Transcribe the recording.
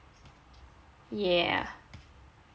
yeah